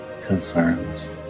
concerns